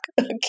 Okay